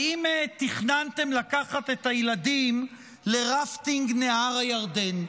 האם תכננתם לקחת את הילדים לרפטינג נהר הירדן?